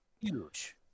huge